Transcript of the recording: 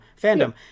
Fandom